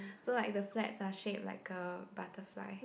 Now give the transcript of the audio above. so like the flats are shaded like a butterfly